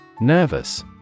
Nervous